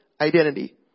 identity